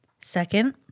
Second